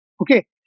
Okay